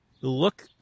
look